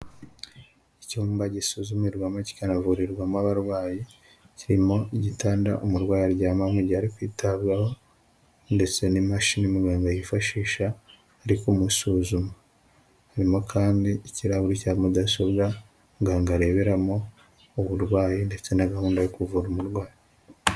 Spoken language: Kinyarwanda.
Icyumba gisuzumirwamo kikanavurirwamo abarwayi, kirimo igitanda umurwayi aryamaho igihe ari kwitabwaho ndetse n'imashini muganga yifashisha ari kumusuzuma, harimo kandi ikirahuri cya mudasobwa muganga areberamo uburwayi ndetse na gahunda yo kuvura umurwayi.